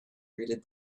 greeted